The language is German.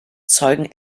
zeugen